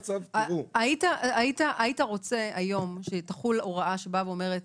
היית רוצה היום שתחול הוראה שבאה ואומרת: